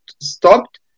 stopped